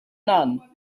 none